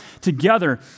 together